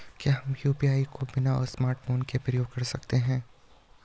क्या हम यु.पी.आई को बिना स्मार्टफ़ोन के प्रयोग कर सकते हैं?